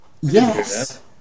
yes